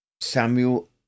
Samuel